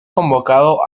convocado